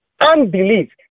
Unbelief